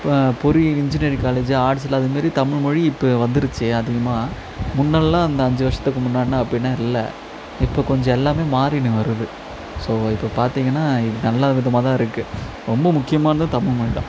இப்போ பொறி engineering college ஆர்ட்ஸில் அதேமாரி தமிழ்மொழி இப்போ வந்துடுச்சு அதிகமாக முன்னெல்லாம் அந்த அஞ்சு வருடத்துக்கு முன்னாடின்னா அப்படில்லாம் இல்லை இப்போ கொஞ்சம் எல்லாம் மாறின்னு வருது ஸோ இப்போ பார்த்திங்கன்னா இது நல்ல விதமாகதான் இருக்குது ரொம்ப முக்கியமானது தமிழ்மொழி தான்